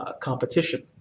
competition